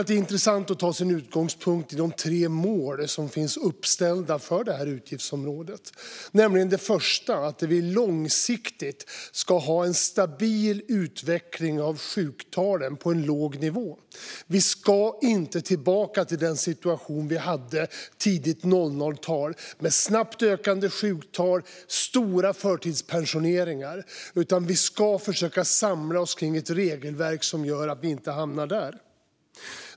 Det är intressant att ta som utgångspunkt de tre mål som finns uppställda för utgiftsområdet. Det första är att vi långsiktigt ska ha en stabil utveckling av sjuktalen på en låg nivå. Vi ska inte tillbaka till den situation vi hade tidigt 00-tal med snabbt ökande sjuktal och stora förtidspensioneringar. Vi ska försöka samla oss kring ett regelverk som gör att vi inte hamnar där.